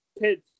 kids